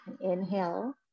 Inhale